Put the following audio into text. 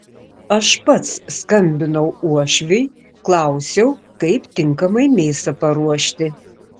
aš pats skambinau uošviui klausiau kaip tinkamai mėsą paruošti